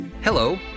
Hello